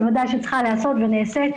בוודאי שהיא צריכה לעשות והיא נעשית,